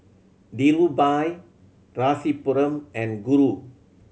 Dhirubhai Rasipuram and Guru